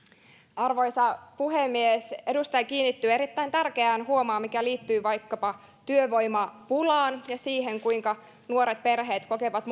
arvoisa puhemies edustaja kiinnitti huomiota erittäin tärkeään asiaan mikä liittyy vaikkapa työvoimapulaan ja siihen kuinka nuoret perheet kokevat